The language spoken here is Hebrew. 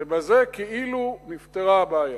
ובזה כאילו נפתרה הבעיה.